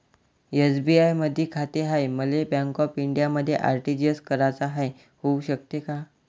SBI मधी खाते हाय, मले बँक ऑफ इंडियामध्ये आर.टी.जी.एस कराच हाय, होऊ शकते का?